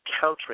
countering